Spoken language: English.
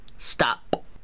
Stop